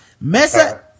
mesa